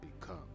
Become